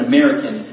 American